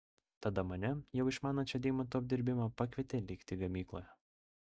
tada mane jau išmanančią deimantų apdirbimą pakvietė likti gamykloje